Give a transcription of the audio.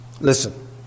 Listen